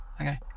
okay